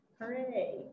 Hooray